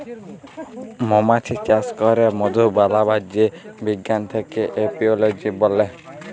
মমাছি চাস ক্যরে মধু বানাবার যে বিজ্ঞান থাক্যে এপিওলোজি ব্যলে